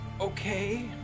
Okay